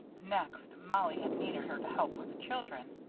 next, mollie had needed her to help with the children.